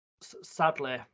sadly